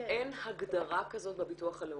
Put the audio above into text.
אין הגדרה כזאת בביטוח הלאומי?